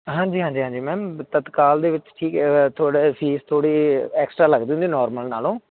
ਹਾਂਜੀ ਹਾਂਜੀ ਹਾਂਜੀ ਮੈਮ ਤਤਕਾਲ ਦੇ ਵਿੱਚ ਠੀਕ ਥੋੜ੍ਹਾ ਜਾ ਫੀਸ ਥੋੜ੍ਹੀ ਐਕਸਟਰਾ ਲੱਗਦੀ ਹੁੰਦੀ ਨੋਰਮਲ ਨਾਲੋਂ